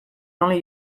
only